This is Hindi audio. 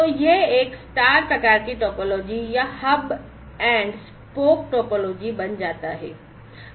तो यह एक स्टार प्रकार की टोपोलॉजी या हब एंड स्पोक टोपोलॉजी बन जाता है